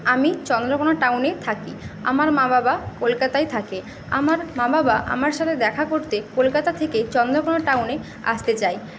আমি চন্দ্রকোনা টাউনে থাকি আমার মা বাবা কলকাতায় থাকে আমার মা বাবা আমার সাথে দেখা করতে কলকাতা থেকে চন্দ্রকোনা টাউনে আসতে চায়